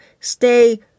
Stay